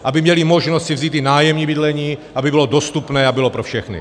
Aby měli možnost si vzít i nájemní bydlení, aby bylo dostupné a bylo pro všechny.